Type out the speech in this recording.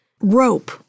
Rope